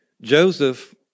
Joseph